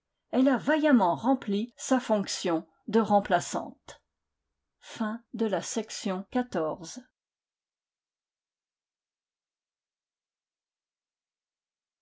elle a vaillamment rempli sa fonction de remplaçante haute bourgogne et